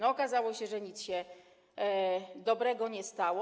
Okazało się, że nic się dobrego nie stało.